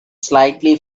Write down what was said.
slightly